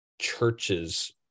churches